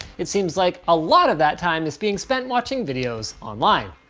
it seems like a lot of that time is being spent watching videos online.